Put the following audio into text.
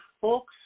folks